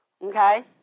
Okay